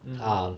mm